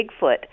bigfoot